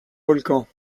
volcans